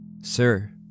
Sir